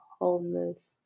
Homeless